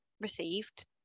received